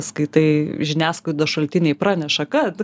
skaitai žiniasklaidos šaltiniai praneša kad